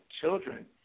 children